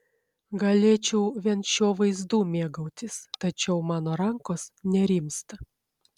galėčiau vien šiuo vaizdu mėgautis tačiau mano rankos nerimsta